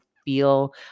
feel